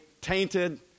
tainted